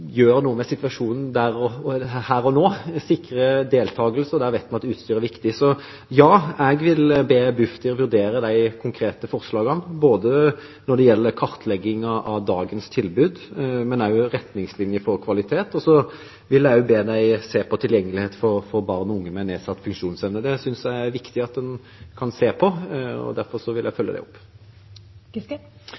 gjøre noe med situasjonen her og nå og sikre deltakelse. Da vet vi at utstyr er viktig. Så jeg vil be Bufdir vurdere det konkrete forslaget om kartleggingen av dagens tilbud og også retningslinjer for kvalitet. Jeg vil også be dem se på tilgjengelighet for barn og unge med nedsatt funksjonsevne. Det synes jeg det er viktig å se på. Derfor vil jeg